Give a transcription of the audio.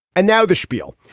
and now the schpiel.